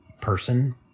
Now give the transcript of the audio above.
person